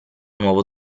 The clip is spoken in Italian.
nuovo